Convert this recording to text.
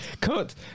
Cut